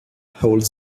holds